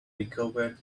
recovered